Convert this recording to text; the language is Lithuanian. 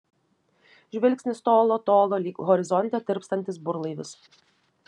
žvilgsnis tolo tolo lyg horizonte tirpstantis burlaivis